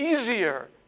easier